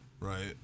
Right